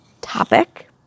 topic